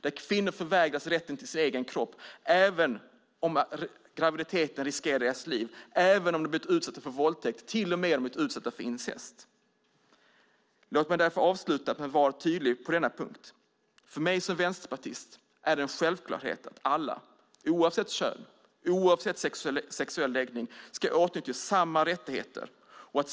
Där förvägras kvinnor rätten till sin egen kropp även om graviditeten riskerar deras liv, även om de har blivit utsatta för våldtäkt och till och med om de har blivit utsatta för incest. Låt mig därför avslutningsvis vara tydlig på denna punkt. För mig som vänsterpartist är det en självklarhet att alla, oavsett kön eller sexuell läggning, ska åtnjuta lika rättigheter.